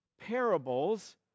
Parables